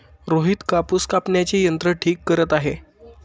रोहित कापूस कापण्याचे यंत्र ठीक करत आहे